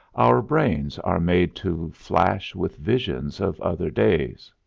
our brains are made to flash with visions of other days.